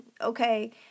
okay